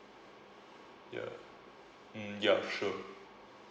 ya mm yup sure